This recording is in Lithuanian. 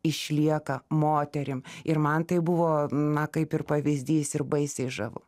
išlieka moterim ir man tai buvo na kaip ir pavyzdys ir baisiai žavu